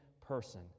person